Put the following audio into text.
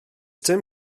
dim